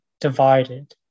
divided